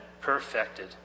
perfected